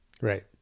Right